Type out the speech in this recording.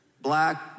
black